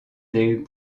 des